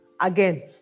again